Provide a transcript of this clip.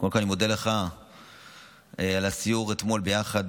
קודם כול אני מודה לך על הסיור אתמול ביחד.